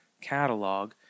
catalog